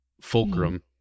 Fulcrum